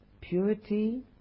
purity